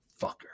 fucker